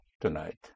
tonight